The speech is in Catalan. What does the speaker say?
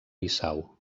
bissau